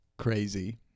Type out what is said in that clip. crazy